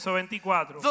24